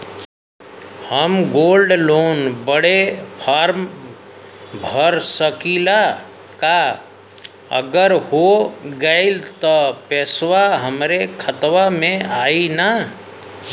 हम gold loan बड़े form भर सकी ला का अगर हो गैल त पेसवा हमरे खतवा में आई ना?